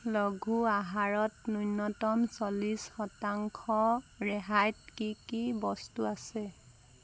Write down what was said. লঘু আহাৰত ন্যূনতম চল্লিছ শতাংশ ৰেহাইত কি কি বস্তু আছে